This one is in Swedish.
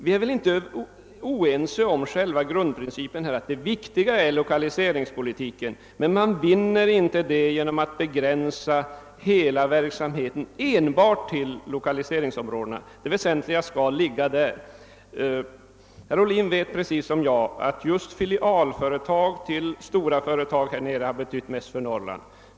Vi är väl inte oense om själva grundprincipen att lokaliseringspolitiken är det viktiga i sammanhanget, men man vinner ej syftet genom att begränsa verksamheten enbart till lokaliseringsområdena, även om den väsentliga delen av denna skall ligga där. Herr Ohlin vet lika väl som jag, att just filialföretag till stora företag längre ned i landet har betytt mest för Norrland.